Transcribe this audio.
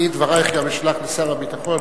אני את דברייך גם אשלח לשר הביטחון,